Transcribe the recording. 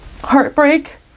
heartbreak